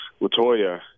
Latoya